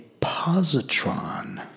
positron